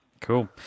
Cool